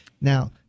Now